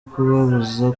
kubabuza